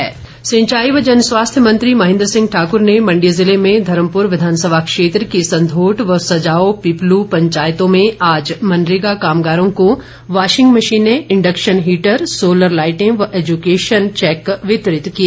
महेन्द्र सिंह सिंचाई व जनस्वास्थ्य मंत्री महेंद्र सिंह ठाकुर ने मंडी जिले में धर्मपुर विधानसभा क्षेत्र की सधोट व सजाओ पीपलु पंचायतों में आज मनरेगा कामगारों को वाशिगं मशीनें इंडक्शन हीटर सोलर लाईटें व एजुकेशन चैक वितरित किए